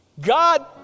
God